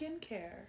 skincare